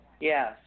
yes